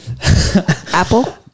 Apple